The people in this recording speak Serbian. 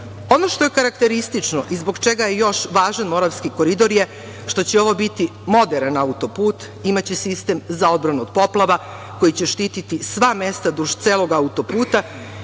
što je karakteristično i zbog čega je još važan Moravski koridor je što će ovo biti moderan autoput, imaće sistem za odbranu od poplava koji će štiti sva mesta duž celog autoputa